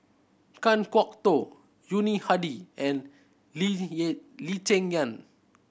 Kan Kwok Toh Yuni Hadi and Lee Lee Cheng Yan